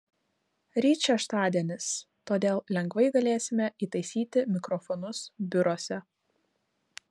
ryt šeštadienis todėl lengvai galėsime įtaisyti mikrofonus biuruose